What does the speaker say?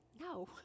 No